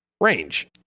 range